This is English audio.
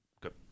good